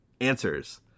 answers